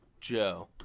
Joe